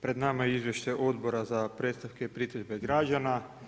Pred nama je Izvješće odbora za predstavke i pritužbe građana.